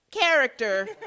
character